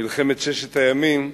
מלחמת ששת הימים,